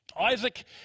Isaac